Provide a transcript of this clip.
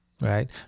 Right